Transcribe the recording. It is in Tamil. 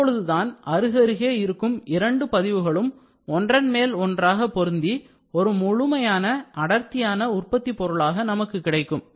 அப்பொழுதுதான் அருகருகே இருக்கும் இரண்டு பதிவுகளும் ஒன்றன் மேல் ஒன்றாக பொருந்தி ஒரு முழுமையான அடர்த்தியான உற்பத்திப் பொருளாக நமக்கு கிடைக்கும்